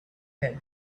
held